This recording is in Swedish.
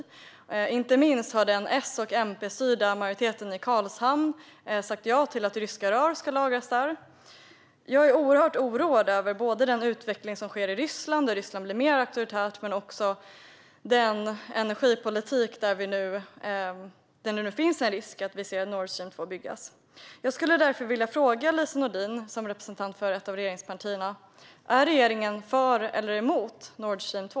Och inte minst har den S och MP-styrda majoriteten i Karlshamn sagt ja till att ryska rör ska lagras där. Jag är oerhört oroad över den utveckling som sker i Ryssland, där Ryssland blir mer auktoritärt, men också över den energipolitik där det nu finns en risk att Nord Stream 2 byggs. Jag skulle därför vilja fråga Lise Nordin, som representant för ett av regeringspartierna: Är regeringen för eller emot Nord Stream 2?